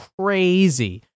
crazy